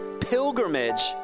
pilgrimage